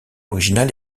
originale